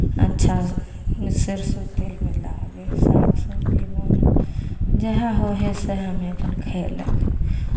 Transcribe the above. अच्छा सरिसो तेलमे लागै हइ साग सबजी बनल जएह होइ हइ सएहमे अपन खयलक